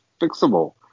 fixable